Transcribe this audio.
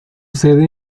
sede